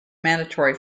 mandatory